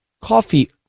coffee